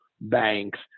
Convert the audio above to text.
banks